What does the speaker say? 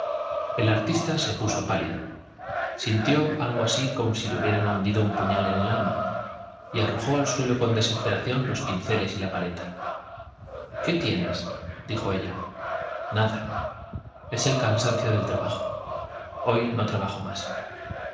el artista se puso pálido el alma y arrojó al hubieran hundido un puñal en suelo con desesperación los pinceles y la paleta qué tienes dijo ella tra nada es el cansancio del trabajo hoj no bajo más